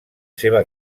seva